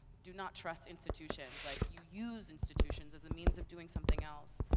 do not trust institutions. like you use institutions as a means of doing something else.